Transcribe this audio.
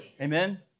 Amen